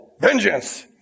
Vengeance